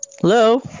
Hello